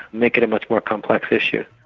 make it a much more complex issue.